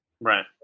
Right